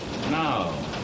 No